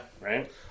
Right